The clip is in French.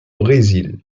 brésil